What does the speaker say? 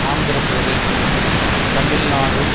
Andhra Pradesh Tamil Nadu